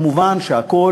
מובן שהכול